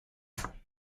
kingdom